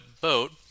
boat